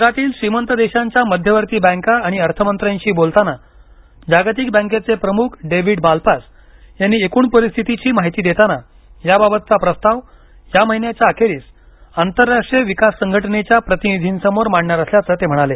जगातील श्रीमंत देशांच्या मध्यवर्ती बँका आणि अर्थमंत्र्यांशी बोलताना जागतिक बँकेचे प्रमुख डेव्हिड मालपास यांनी एकूण परिस्थितीची माहिती देताना याबाबतचा प्रस्ताव या महिन्याच्या अखेरीस आंतरराष्ट्रीय विकास संघटनेच्या प्रतिनिधींसमोर मांडणार असल्याचं ते म्हणाले